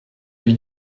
lui